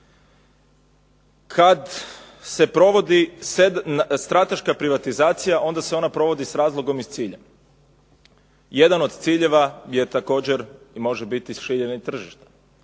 Kad se provodi strateška privatizacija onda se ona provodi s razlogom i s ciljem. Jedan od ciljeva je također i može biti širenje tržišta